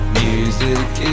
music